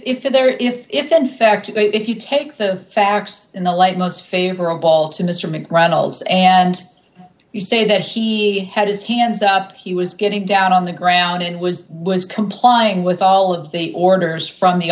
if they're if if in fact if you take the facts in the light most favorable to mr macdonald and you say that he had his hands up he was getting down on the ground and was was complying with all of the orders from the